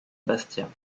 bastia